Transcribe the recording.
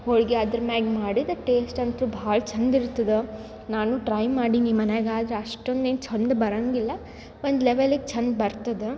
ಹೋಳ್ಗೆ ಅದ್ರ ಮ್ಯಾಗ ಮಾಡಿದ್ರೆ ಟೇಸ್ಟ್ ಅಂತು ಭಾಳ್ ಚಂದ ಇರ್ತದೆ ನಾನು ಟ್ರೈ ಮಾಡೀನಿ ಮನೆಯಾಗ್ ಆದ್ರ ಅಷ್ಟೊಂದು ಏನು ಚಂದ ಬರೋಂಗಿಲ್ಲ ಒಂದು ಲೆವೆಲಿಗೆ ಚಂದ ಬರ್ತದೆ